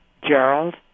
Gerald